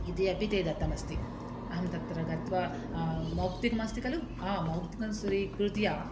इति अपि ते दत्तमस्ति अहं तत्र गत्वा मौक्तिकमस्ति खलु आ मौक्तिकं स् स्वीकृत्य